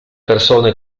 persone